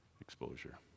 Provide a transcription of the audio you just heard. exposure